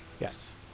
yes